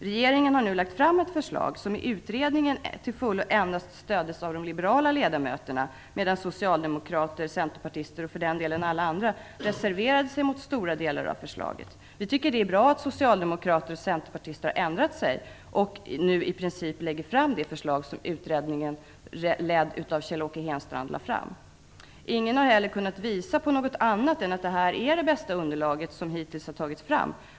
Regeringen har nu lagt fram ett förslag som i utredningen till fullo endast stöddes av de liberala ledamöterna. Socialdemokrater, centerpartister och övriga reserverade sig mot stora delar av förslaget. Vi tycker det är bra att socialdemokraterna och centerpartisterna har ändrat sig och nu lägger fram i princip samma förslag som utredningen, som leddes av Kjell Ingen har kunnat visa på något annat än att det här är det bästa underlaget som hittills har tagits fram.